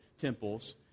temples